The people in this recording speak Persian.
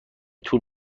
طول